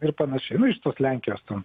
ir panašiai nu iš tos lenkijos ten